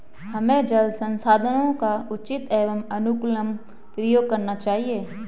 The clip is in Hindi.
हमें जल संसाधनों का उचित एवं अनुकूलतम प्रयोग करना चाहिए